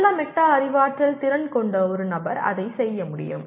நல்ல மெட்டா அறிவாற்றல் திறன் கொண்ட ஒரு நபர் அதைச் செய்ய முடியும்